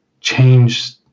change